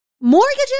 Mortgages